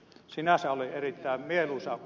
sinänsä oli erittäin mieluisaa